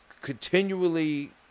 continually